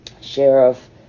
sheriff